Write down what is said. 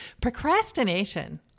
Procrastination